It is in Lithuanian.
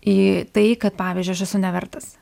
į tai kad pavyzdžiui aš esu nevertas